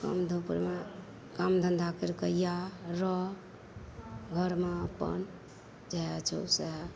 कम धूपमे काम धंधा करिके आ रह घरमे अपन जएह छौ सएह